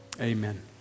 Amen